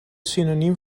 synoniem